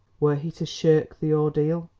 were he to shirk the ordeal!